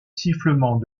sifflement